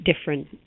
different